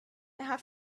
have